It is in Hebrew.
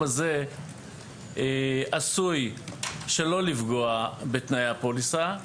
הזה עשוי שלא לפגוע בתנאי הפוליסה.